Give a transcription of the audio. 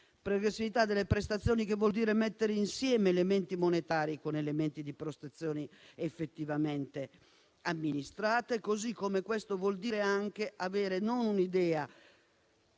progressività delle prestazioni, che vuol dire mettere insieme elementi monetari con prestazioni effettivamente amministrate, così come vuol dire anche avere un'idea